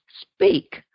speak